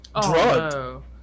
Drugged